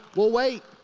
we'll wait.